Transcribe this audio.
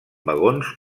vagons